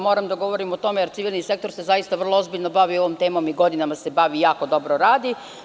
Moram da govorim o tome jer se civilni sektor zaista ozbiljno bavi ovom temom i godinama se bavii jako dobro radi.